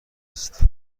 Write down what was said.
است